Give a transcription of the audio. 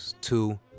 two